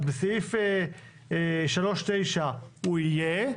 אז בסעיף 3.9 הוא יהיה,